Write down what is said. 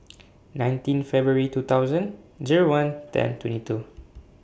nineteen February two thousand Zero one ten twenty two